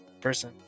person